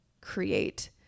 create